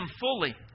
fully